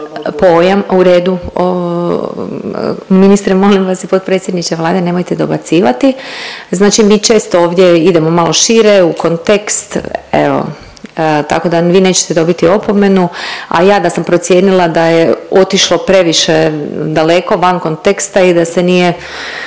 U redu, ministre molim vas i potpredsjedniče Vlade nemojte dobacivati. Znači mi često ovdje idemo malo šire u kontekst evo tako da vi nećete dobiti opomenu, a ja da sam procijenila da je otišlo previše daleko van konteksta i da se nije